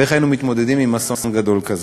ואיך היינו מתמודדים עם אסון גדול כזה.